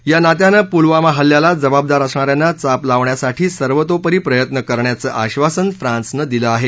या नात्यानं पुलवामा हल्ल्याला जबाबदार असणा यांना चाप लावण्यासाठी सर्वतोपरी प्रयत्न करण्याचं आब्बासन फ्रान्सने दिलं आहे